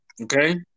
Okay